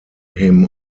him